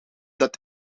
dat